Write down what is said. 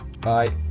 Bye